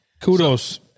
Kudos